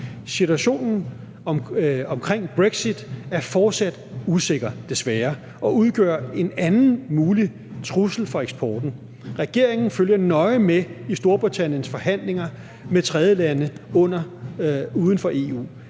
Situationen omkring brexit er fortsat usikker, desværre, og udgør en anden mulig trussel for eksporten. Regeringen følger nøje med i Storbritanniens forhandlinger med tredjelande uden for EU,